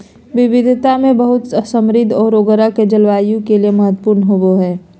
विविधता में बहुत समृद्ध औरो ग्रह के जलवायु के लिए महत्वपूर्ण होबो हइ